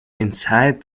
insight